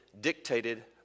dictated